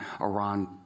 Iran